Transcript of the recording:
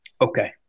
Okay